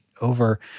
over